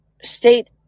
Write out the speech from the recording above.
state